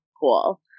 Cool